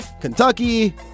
Kentucky